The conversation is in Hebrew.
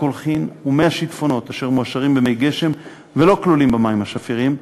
הקולחין ומי השיטפונות אשר מועשרים במי גשם ולא כלולים במים השפירים,